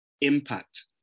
impact